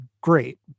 great